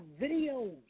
videos